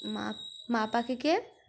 মা মা পাখিকে